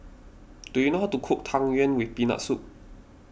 do you know how to cook Tang Yuen with Peanut Soup